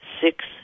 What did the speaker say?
six